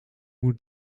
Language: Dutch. moet